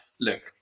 look